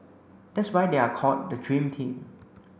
that's why they are called the dream team